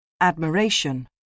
Admiration